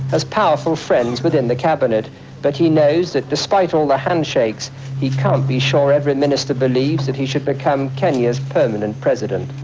has powerful friends within the cabinet but he knows that despite all the handshakes he can't be sure every minister believes if he should become kenya's permanent president.